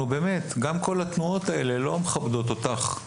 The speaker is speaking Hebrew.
גם כל התנועות האלה לא מכבדות אותך.